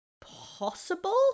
possible